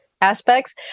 aspects